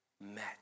met